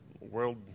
world